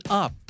up